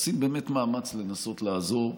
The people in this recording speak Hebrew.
עושים באמת מאמץ לנסות לעזור,